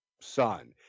son